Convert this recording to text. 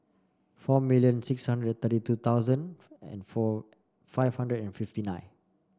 four million six hundred thirty two thousand and five hundred and fifty nine